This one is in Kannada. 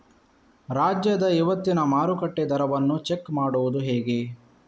ರಾಜ್ಯದ ಇವತ್ತಿನ ಮಾರುಕಟ್ಟೆ ದರವನ್ನ ಚೆಕ್ ಮಾಡುವುದು ಹೇಗೆ?